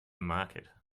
market